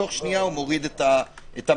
תוך שנייה הוא מוריד את המעיל.